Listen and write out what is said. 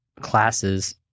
classes